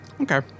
Okay